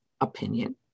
opinion